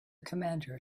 commander